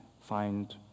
find